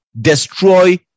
destroy